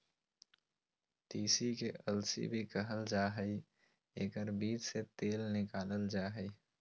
तीसी के अलसी भी कहल जा हइ एकर बीज से तेल निकालल जा हइ